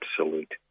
absolute